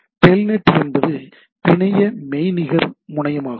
Telnet என்பது பிணைய மெய்நிகர் முனையமாகும்